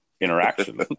interaction